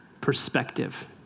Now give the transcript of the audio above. perspective